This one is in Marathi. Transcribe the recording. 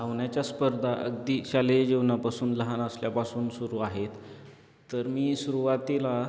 धावण्याच्या स्पर्धा अगदी शालेय जीवनापासून लहान असल्यापासून सुरू आहेत तर मी सुरुवातीला